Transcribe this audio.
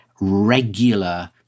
regular